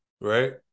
right